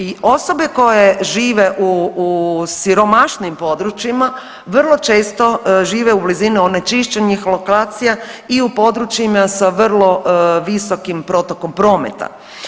I osobe koje žive u siromašnijim područjima vrlo često žive u blizini onečišćenih lokacija i u područjima sa vrlo visokim protokom prometa.